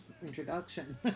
Introduction